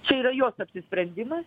čia yra jos apsisprendimas